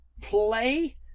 play